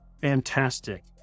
Fantastic